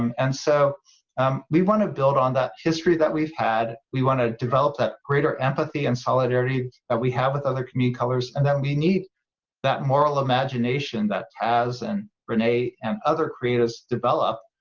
um and so um we want to build on that history that we've had, we want to develop that greater empathy and solidarity that we have with other community colors and then we need that moral imagination that has and renee and other creatives develop,